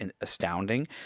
astounding